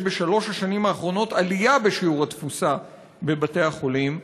יש בשלוש השנים האחרונות עלייה בשיעור התפוסה בבתי החולים.